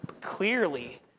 Clearly